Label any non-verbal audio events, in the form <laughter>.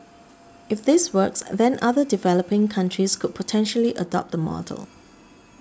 <noise> if this works then other developing countries could potentially adopt the model